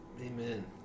Amen